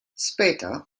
später